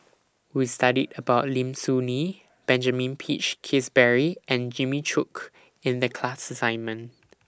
We studied about Lim Soo Ngee Benjamin Peach Keasberry and Jimmy Chok in The class assignment